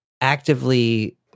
actively